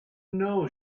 know